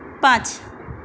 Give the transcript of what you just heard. પાંચ